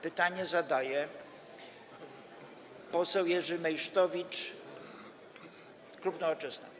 Pytanie zadaje poseł Jerzy Meysztowicz, klub Nowoczesna.